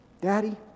Daddy